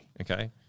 Okay